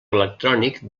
electrònic